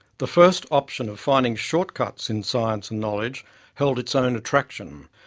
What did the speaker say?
the first option of finding short cuts in science and knowledge held its own attraction.